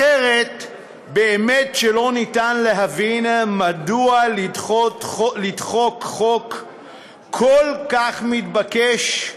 אחרת באמת שאי-אפשר להבין מדוע לדחוק חוק כל כך מתבקש,